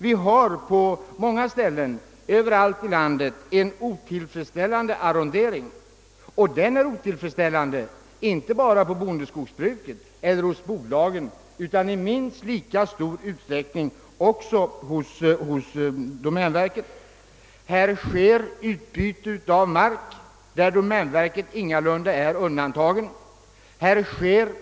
Vi har nämligen på många ställen runt om i landet otillfredsställande arrondering. Denna är otillfredsställande inte bara vad beträffar bondeskogsbruket eller i fråga om bolagen utan i minst lika stor utsträckning för domänverkets del. Här sker utbyte av mark, varvid domänverket ingalunda är undantaget.